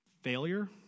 failure